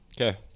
Okay